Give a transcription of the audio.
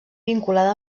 vinculada